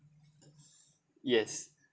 yes